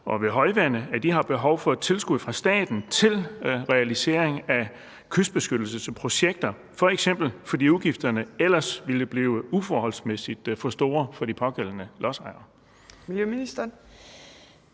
og ved højvande har behov for et tilskud fra staten til realisering af kystbeskyttelsesprojekter, f.eks. fordi udgifterne ellers ville blive uforholdsmæssigt store for de pågældende lodsejere?